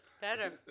better